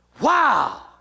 Wow